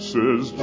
Says